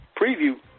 preview